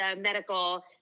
medical